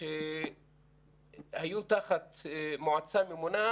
שהיו תחת מועצה ממונה,